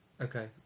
Okay